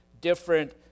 different